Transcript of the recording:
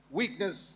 weakness